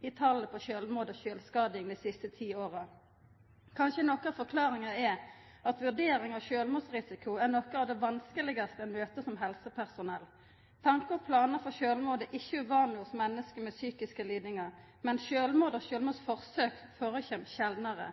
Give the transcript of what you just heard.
i talet på sjølvmord og sjølvskading dei siste ti åra. Kanskje noko av forklaringa er at vurdering av sjølvmordsrisiko er noko av det vanskelegaste ein møter som helsepersonell. Tankar og planar om sjølvmord er ikkje uvanleg hos menneske med psykiske lidingar, men sjølvmord og sjølvmordsforsøk førekjem sjeldnare.